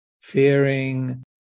fearing